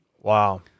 Wow